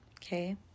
Okay